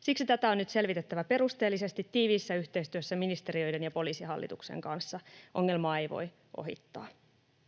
Siksi tätä on nyt selvitettävä perusteellisesti tiiviissä yhteistyössä ministeriöiden ja Poliisihallituksen kanssa. Ongelmaa ei voi ohittaa.